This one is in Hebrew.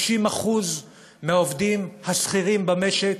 30% מהעובדים השכירים במשק,